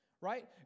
right